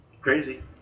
Crazy